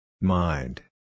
Mind